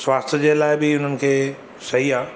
स्वास्थ्य जे लाइ बि हुननि खे सही आहे